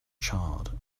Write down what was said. charred